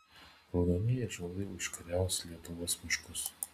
raudonieji ąžuolai užkariaus lietuvos miškus